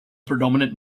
predominant